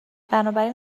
بنابراین